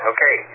Okay